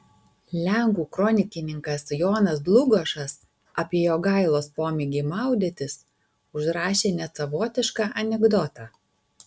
lenkų kronikininkas jonas dlugošas apie jogailos pomėgį maudytis užrašė net savotišką anekdotą